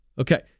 Okay